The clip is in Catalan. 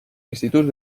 instituts